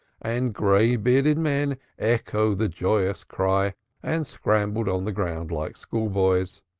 and graybearded men echoed the joyous cry and scrambled on the ground like schoolboys.